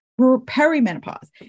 perimenopause